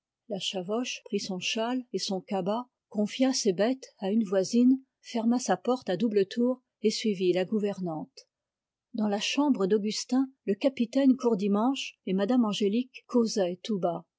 la chavoche prit son cabas confia ses bêtes à une voisine ferma sa porte à double tour et suivit la gouvernante dans la chambre d'augustin le capitaine courdimanche et mme angélique causaient tout bas